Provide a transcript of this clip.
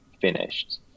finished